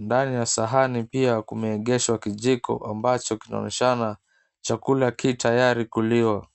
Ndani ya sahani pia kumeegeshwa kijiko ambacho kinaonyeshana chakula ki tayari kuliwa.